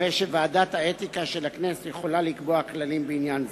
הרי שוועדת האתיקה של הכנסת יכולה לקבוע כללים בעניין זה.